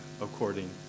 according